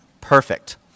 Perfect